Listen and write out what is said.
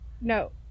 No